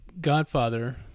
Godfather